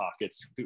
pockets